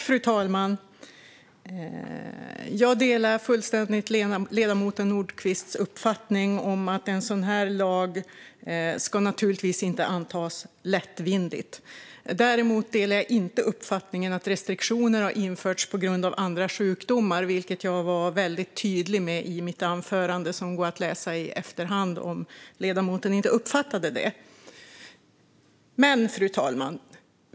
Fru talman! Jag delar fullständigt ledamoten Nordquists uppfattning att en sådan här lag inte ska antas lättvindigt. Däremot delar jag inte uppfattningen att restriktioner har införts på grund av andra sjukdomar, vilket jag var väldigt tydlig med i mitt anförande. Det går att läsa i efterhand om ledamoten inte uppfattade det.